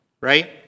right